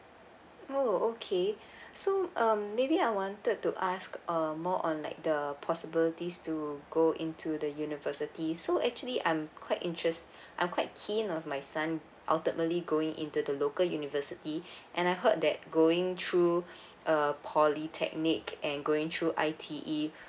oh okay so um maybe I wanted to ask um more on like the possibilities to go into the university so actually I'm quite interested I'm quite keen of my son ultimately going into the local university and I heard that going through err polytechnic and going through I_T_E